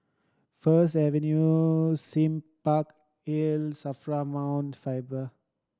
First Avenue Sime Park Hill SAFRA Mount Faber